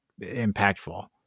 impactful